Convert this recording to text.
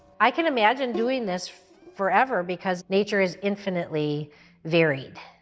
i can imagine doing this forever because nature is infinitely varied,